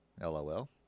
LOL